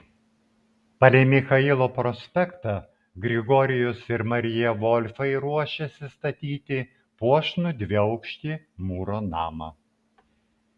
palei michailo prospektą grigorijus ir marija volfai ruošėsi statyti puošnų dviaukštį mūro namą